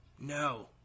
No